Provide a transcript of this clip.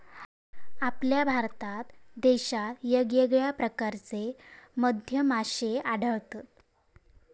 आपल्या भारत देशात येगयेगळ्या प्रकारचे मधमाश्ये आढळतत